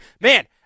man